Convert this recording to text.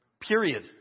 Period